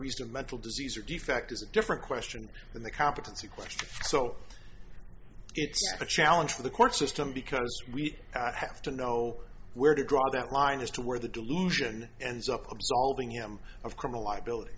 of mental disease or defect is a different question than the competency question so it's a challenge for the court system because we have to know where to draw that line as to where the delusion ends up absolving him of criminal liability